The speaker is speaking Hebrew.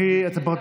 לצערי, הבאת רק